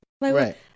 Right